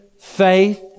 faith